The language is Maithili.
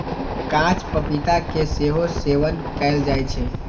कांच पपीता के सेहो सेवन कैल जाइ छै